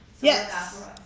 Yes